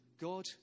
God